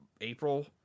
April